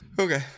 okay